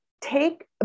take